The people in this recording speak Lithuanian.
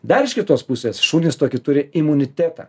dar iš kitos pusės šunys tokį turi imunitetą